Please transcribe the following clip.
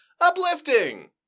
uplifting